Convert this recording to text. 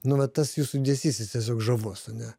nu va tas jūsų judesys jis tiesiog žavus ane